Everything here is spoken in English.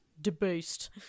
debased